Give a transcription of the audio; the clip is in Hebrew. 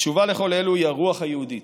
התשובה לכל אלו היא הרוח היהודית.